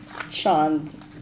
Sean's